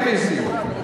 הם כן ב-EC.